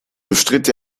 bestritt